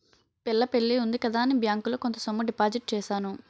పిల్ల పెళ్లి ఉంది కదా అని బ్యాంకులో కొంత సొమ్ము డిపాజిట్ చేశాను